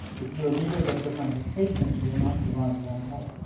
if you're a leader that doesn't and have patience you will not survive the long haul.